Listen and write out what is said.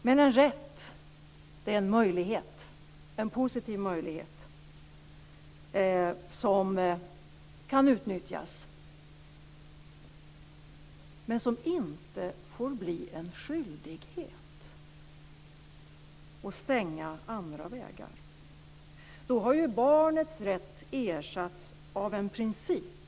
Men en rätt är en möjlighet, en positiv möjlighet, som kan utnyttjas - men som inte får bli en skyldighet och stänga andra vägar. Då har ju barnets rätt ersatts av en princip.